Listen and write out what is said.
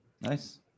nice